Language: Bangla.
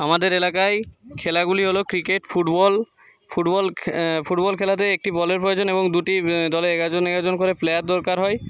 আমাদের এলাকায় খেলাগুলি হল ক্রিকেট ফুটবল ফুটবল ফুটবল খেলাতে একটি বলের প্রয়োজন এবং দুটি দলের এগারো জন এগারো জন করে প্লেয়ার দরকার হয়